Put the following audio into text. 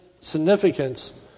significance